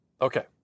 Okay